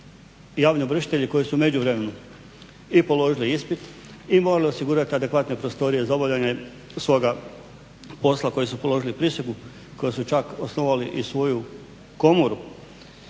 Javni ovršitelji koji su u međuvremenu i položili ispit i morali osigurat adekvatne prostorije za obavljanje svoga posla, koji su položili prisegu, koji su čak osnovali i svoju komoru,